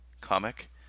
comic